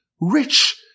rich